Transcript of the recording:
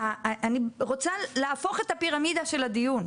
רוצה להפוך את הפירמידה של הדיון.